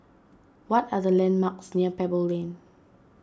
what are the landmarks near Pebble Lane